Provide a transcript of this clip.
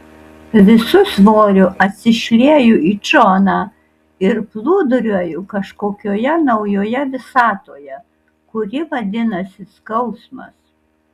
visu svoriu atsišlieju į džoną ir plūduriuoju kažkokioje naujoje visatoje kuri vadinasi skausmas